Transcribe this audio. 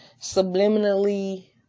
subliminally